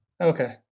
Okay